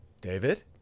David